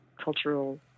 cultural